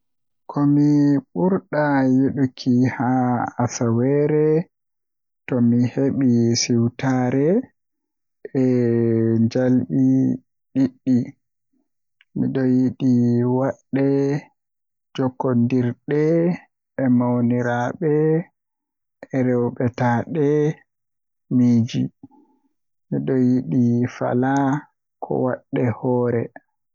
ko mi ɓurɗaa yiɗuki haa asaweere tomi heɓi siwtaare E njalbi ɗiɗɗi, miɗo yiɗi waɗde jokkondirde e mawniraaɓe e rewbataaɗe miijii. Miɗo yiɗi faalaa ko waɗde hoore.